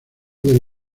del